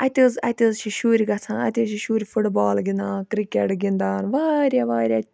اَتہِ حظ اَتہِ حظ چھِ شُرۍ گَژھان اَتہِ حظ چھِ شُرۍ فُٹ بال گِنٛدان کرکَٹ گِنٛدان واریاہ واریاہ